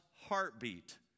heartbeat